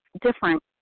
different